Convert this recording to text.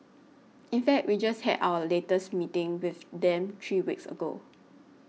in fact we just had our latest meeting with them three weeks ago